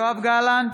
יואב גלנט,